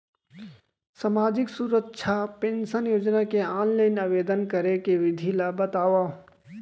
सामाजिक सुरक्षा पेंशन योजना के ऑनलाइन आवेदन करे के विधि ला बतावव